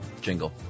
jingle